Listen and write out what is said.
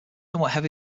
somewhat